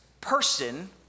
person